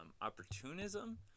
opportunism